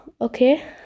okay